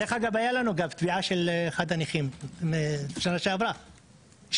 הייתה לנו תביעה של אחד הנכים בשנה שעברה,